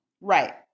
Right